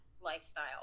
lifestyle